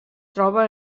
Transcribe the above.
troba